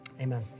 Amen